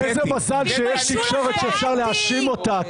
איזה מזל שיש תקשורת שאפשר להאשים אותה.